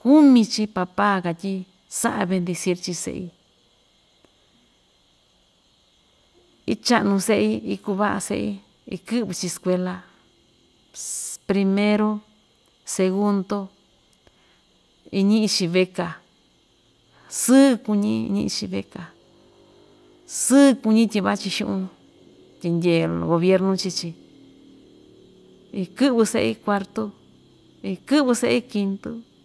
kumi chii papa katyi, saꞌa vendecir chii seꞌi, ichaꞌa‑nu seꞌi ikuvaꞌa seꞌi ikɨꞌvɨ‑chi skuela primeru, segundo, iñiꞌi‑chi beca sɨɨ kuñi iñiꞌi‑chi beca sɨɨ kuñi tyi vachi, xuꞌun tyindyee gobiernu chii‑chi ikɨꞌvɨ seꞌi kuartu, ikɨꞌvɨ seꞌi kintu.